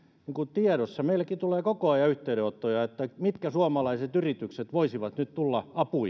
tiedossa meillekin tulee koko ajan yhteydenottoja mitkä suomalaiset yritykset voisivat nyt tulla apuun